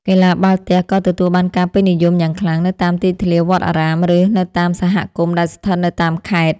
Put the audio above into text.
កីឡាបាល់ទះក៏ទទួលបានការពេញនិយមយ៉ាងខ្លាំងនៅតាមទីធ្លាវត្តអារាមឬនៅតាមសហគមន៍ដែលស្ថិតនៅតាមខេត្ត។